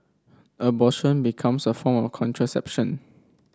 abortion becomes a form contraception